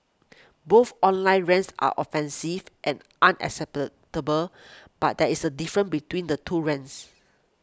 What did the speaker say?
both online rants are offensive and unacceptable but there is a different between the two rants